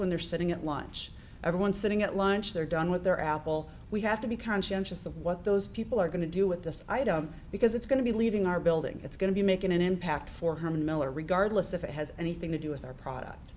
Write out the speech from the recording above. when they're sitting at lunch everyone sitting at lunch they're done with their apple we have to be conscientious of what those people are going to do with this item because it's going to be leaving our building it's going to be making an impact for herman miller regardless if it has anything to do with our product